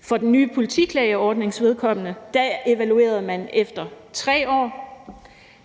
for den nye politiklageordnings vedkommende evaluerede man efter 3 år.